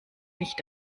nicht